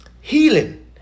healing